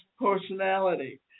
personality